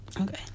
Okay